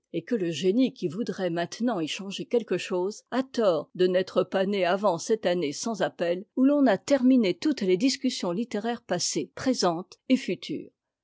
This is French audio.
et que le génie qui voudrait maintenant y changer quelque chose a tort de n'être pas né avant cette année sans appel où t'en a terminé toutes les discussions littéraires passées présentes et futures